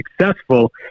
successful